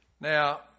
Now